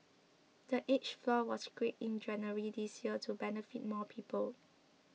the age floor was scrapped in January this year to benefit more people